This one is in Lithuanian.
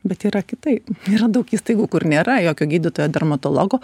bet yra kitaip yra daug įstaigų kur nėra jokio gydytojo dermatologo